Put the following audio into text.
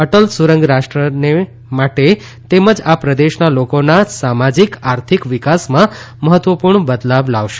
Atal tunnel રાષ્ટ્રને માટે તેમજ આ પ્રદેશના લોકોના સામાજિક આર્થિક વિકાસમાં મહત્વપૂર્ણ બદલાવ લાવશે